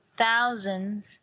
thousands